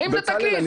בצלאל,